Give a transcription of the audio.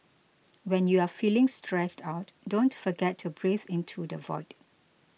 when you are feeling stressed out don't forget to breathe into the void